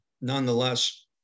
Nonetheless